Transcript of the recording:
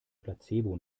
placebo